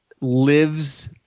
lives